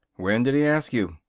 when did he ask you?